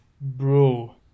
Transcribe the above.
bro